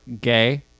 gay